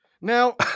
Now